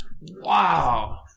Wow